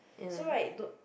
so right don't